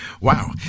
Wow